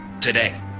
today